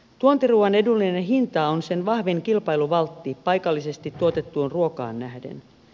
tuontiruuan edullinen hinta on sen vahvin kilpailuvaltti paikallisesti tuotettuun ruokaan nähden